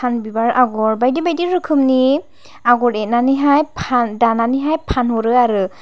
सान बिबार आगर बायदि बायदि रोखोमनि आगर एरनानै हाय फान दानानैहाय फानहरो आरो